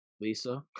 Lisa